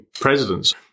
presidents